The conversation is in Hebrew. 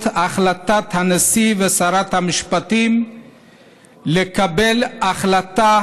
החלטת הנשיא ושרת המשפטים ולקבל החלטה